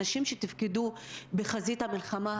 אנשים שתפקדו בחזית המלחמה,